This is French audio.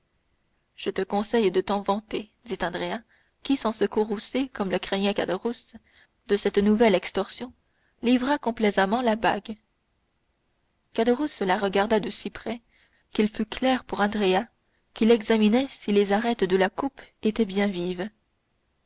je te conseille de t'en vanter dit andrea qui sans se courroucer comme le craignait caderousse de cette nouvelle extorsion livra complaisamment la bague caderousse la regarda de si près qu'il fut clair pour andrea qu'il examinait si les arêtes de la coupe étaient bien vives